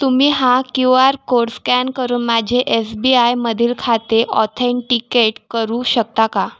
तुम्ही हा Q R code scan करून माझे एस बी आयमधील खाते ऑथेंटिकेट करू शकता का